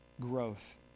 growth